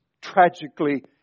tragically